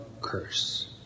curse